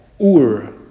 Ur